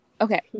Okay